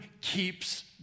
keeps